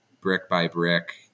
brick-by-brick